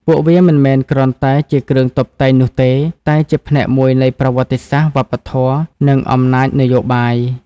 ពួកវាមិនមែនគ្រាន់តែជាគ្រឿងតុបតែងនោះទេ តែជាផ្នែកមួយនៃប្រវត្តិសាស្ត្រ វប្បធម៌ និងអំណាចនយោបាយ។